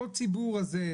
אותו ציבור הזה,